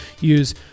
Use